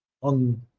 on